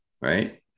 right